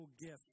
gift